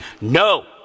no